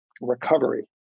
recovery